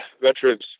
veterans